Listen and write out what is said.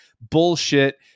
bullshit